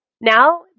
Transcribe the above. now